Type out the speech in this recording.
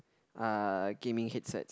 uh gaming headset